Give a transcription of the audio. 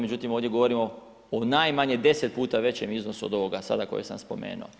Međutim, ovdje govorimo o najmanje 10 puta većem iznosu od ovoga sada koje sam spomenuo.